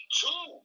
two